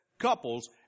Couples